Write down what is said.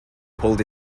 pulled